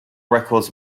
records